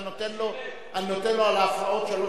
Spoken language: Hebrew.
דעתו, והציבור,